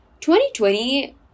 2020